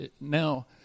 now